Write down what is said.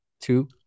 Two